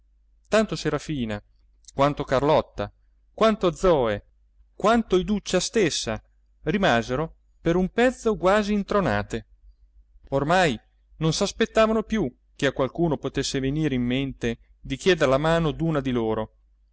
tanto serafina quanto carlotta quanto zoe quanto iduccia stessa rimasero per un pezzo quasi intronate ormai non s'aspettavano più che a qualcuno potesse venire in mente di chieder la mano d'una di loro